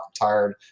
tired